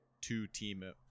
two-team